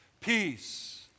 Peace